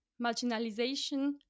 marginalization